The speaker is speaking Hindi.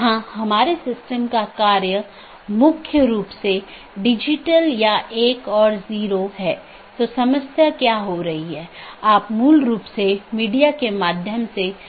और जब यह विज्ञापन के लिए होता है तो यह अपडेट संदेश प्रारूप या अपडेट संदेश प्रोटोकॉल BGP में उपयोग किया जाता है हम उस पर आएँगे कि अपडेट क्या है